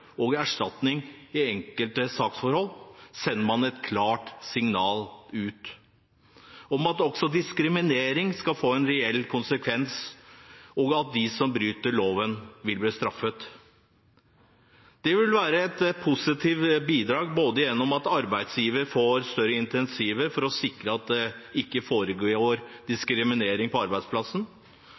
og erstatning i enkle saksforhold, sender man et klart signal om at også diskriminering skal få en reell konsekvens, og at de som bryter loven, vil bli straffet. Dette vil være et positivt bidrag både gjennom at arbeidsgiver får større incentiver for å sikre at det ikke foregår diskriminering på arbeidsplassen,